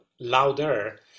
louder